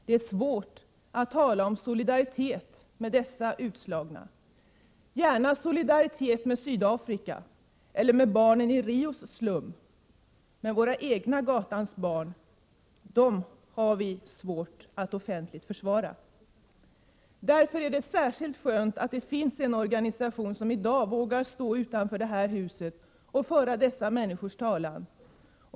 Det är svårt att tala om solidaritet med dessa utslagna. Gärna solidaritet med Sydafrika eller med barnen i Rios slum — men våra egna gatans barn har vi svårt att offentligt försvara. Därför är det särskilt skönt att det finns en organisation som i dag vågar stå utanför detta hus och föra dessa människors talan.